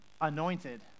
anointed